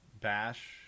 Bash